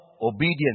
obedience